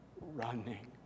running